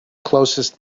closest